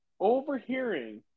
overhearing